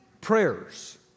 prayers